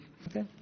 Okay